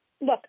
look